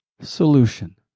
solution